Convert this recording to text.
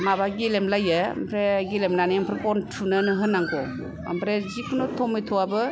माबा गेलेम लायो आमफ्राय गेलेमनानै गन थुनानै होनांगौ ओमफ्राय जिखुनु टमाट'आबो